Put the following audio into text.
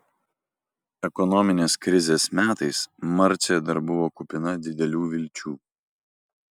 ekonominės krizės metais marcė dar buvo kupina didelių vilčių